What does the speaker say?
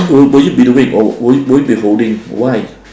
will you will you be doing or will you be holding why